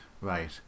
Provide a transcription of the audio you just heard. Right